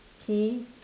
K